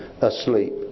asleep